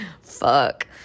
Fuck